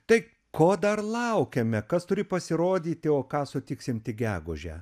tai ko dar laukiame kas turi pasirodyti o ką sutiksim tik gegužę